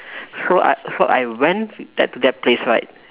so I so I went to that to that place right